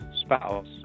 spouse